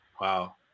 Wow